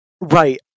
Right